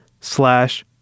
slash